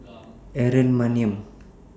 Aaron Maniam